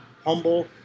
Humble